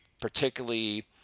particularly